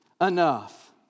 enough